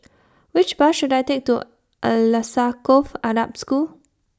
Which Bus should I Take to Alsagoff Arab School